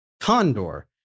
Condor